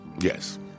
Yes